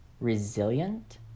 resilient